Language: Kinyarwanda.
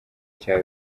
cya